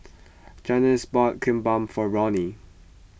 Janis bought Kimbap for Roni